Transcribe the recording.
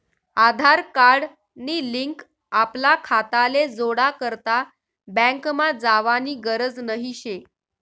आधार card नी link आपला खाताले जोडा करता बँकमा जावानी गरज नही शे